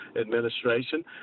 administration